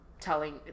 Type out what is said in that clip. telling